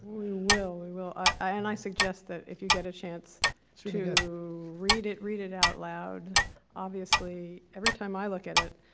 will, we will. and i suggest that if you get a chance to read it, read it out loud obviously every time i look at it